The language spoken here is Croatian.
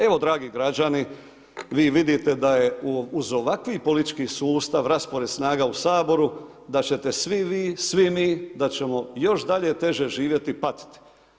Evo dragi građani, vi vidite da je uz ovakav politički sustav, raspored snaga u Saboru da ćete svi vi, svi mi da ćemo još dalje teže živjeti i patiti.